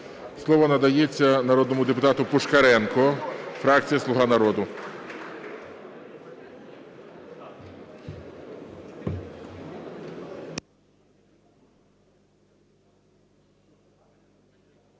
Слово надається народному депутату Пушкаренку, фракція "Слуга народу".